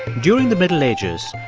during the middle ages,